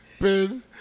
Ben